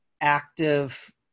active